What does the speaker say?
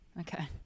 Okay